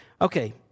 Okay